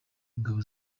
ingabo